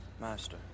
Master